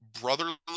brotherly